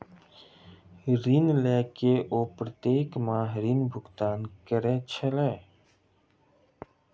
ऋण लय के ओ प्रत्येक माह ऋण भुगतान करै छलाह